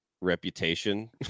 reputation